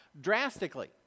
drastically